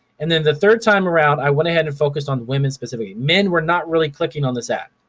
and then the third time around i went ahead and focused on women specifically. men were not really clicking on this ad.